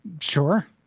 Sure